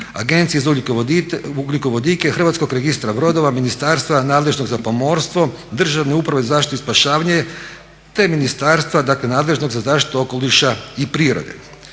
Agencije za ugljikovodike, Hrvatskog registra brodova, Ministarstva nadležnog za pomorstvo, Državne uprave za zaštitu i spašavanje, te Ministarstva nadležnost za zaštitu okoliša i prirode.